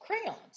crayons